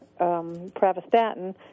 pravastatin